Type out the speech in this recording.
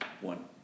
one